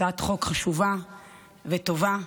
הצעת חוק חשובה וטובה.